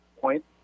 point